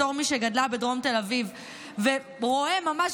בתור מי שגדלה בדרום תל אביב ורואה ממש